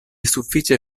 sufiĉe